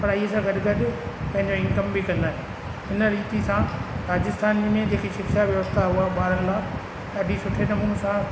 पढ़ाईअ सां गॾु गॾु पंहिंजो इंकम बि कंदा आहिनि हिन रीति सां राजस्थान में जेके शिक्षा व्यवस्था हुआ ॿारनि लाइ ॾाढी सुठे नमूने सां